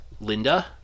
Linda